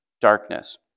darkness